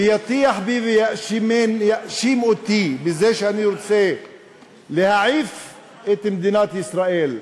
ויטיח בי ויאשים אותי בזה שאני רוצה להעיף את מדינת ישראל,